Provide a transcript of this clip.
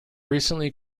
recently